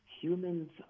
Humans